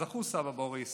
זכו סבא בוריס